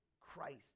Christ